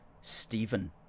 Stephen